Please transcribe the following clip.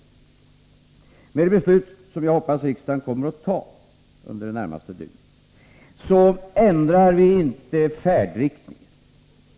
Med det beslut som jag hoppas riksdagen kommer att fatta under det närmaste dygnet ändrar vi inte färdriktning.